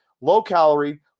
Low-calorie